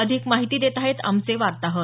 अधिक माहिती देत आहेत आमचे वार्ताहर